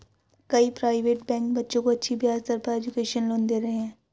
कई private bank बच्चों को अच्छी ब्याज दर पर एजुकेशन लोन दे रहे है